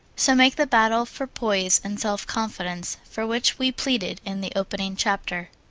so make the battle for poise and self-confidence for which we pleaded in the opening chapter.